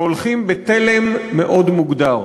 והולכים בתלם מאוד מוגדר.